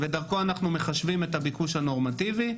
ודרכו אנחנו מחשבים את הביקוש הנורמטיבי.